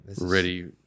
Ready